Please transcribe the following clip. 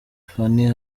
fanny